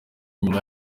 inyuma